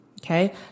okay